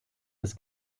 des